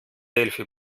delphi